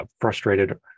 frustrated